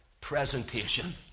presentation